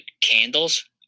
candles